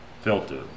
filter